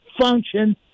function